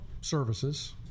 services